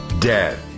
Dead